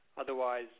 Otherwise